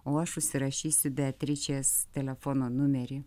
o aš užsirašysiu beatričės telefono numerį